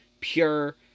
pure